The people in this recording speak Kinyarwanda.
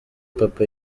papa